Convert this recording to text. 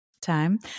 time